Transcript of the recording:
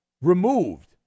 removed